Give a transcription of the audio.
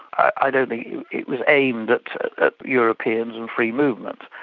i don't think it was aimed at europeans and free movement.